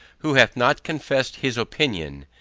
who hath not confessed his opinion,